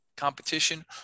competition